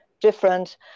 different